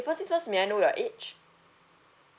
first things first may I know your age